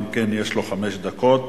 גם לו יש חמש דקות,